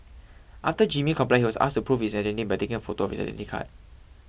after Jimmy complied he was asked to prove his identity by taking a photo of his Identity Card